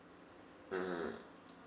mm